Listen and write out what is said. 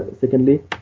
Secondly